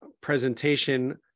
presentation